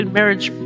marriage